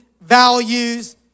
values